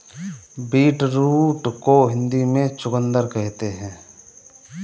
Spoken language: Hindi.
बीटरूट को हिंदी में चुकंदर कहते हैं